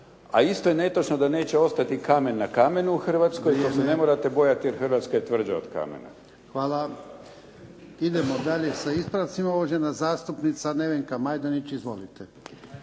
A isto je netočno da neće ostati kamen na kamenu u Hrvatskoj jer se ne morate bojati jer Hrvatska je tvrđa od kamena. **Jarnjak, Ivan (HDZ)** Hvala. Idemo dalje sa ispravcima. Uvažena zastupnica Nevenka Majdenić. Izvolite.